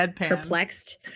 perplexed